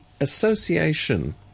association